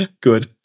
Good